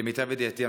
למיטב ידיעתי,